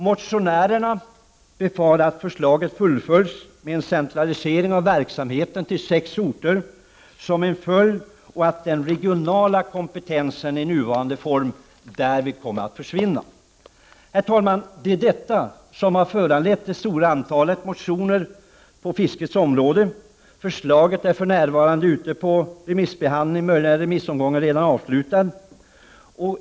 Motionärerna befarar att förslaget fullföljs med en centralisering av verksamheten till sex orter som följd, och att den regionala kompetensen i nuvarande form därvid kommer att försvinna. Det är detta, herr talman, som har föranlett det stora antalet motioner på fiskets område. Förslaget är för närvarande ute på remissbehandling. Möjligen är remissomgången redan avslutad.